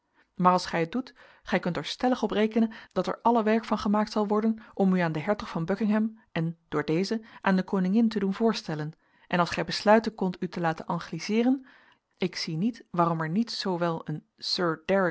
maar als gij het doet gij kunt er stellig op rekenen dat er alle werk van gemaakt zal worden om u aan den hertog van buckingham en door dezen aan de koningin te doen voorstellen en als gij besluiten kondt u te laten angliseeren ik zie niet waarom er met zoo